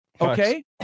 okay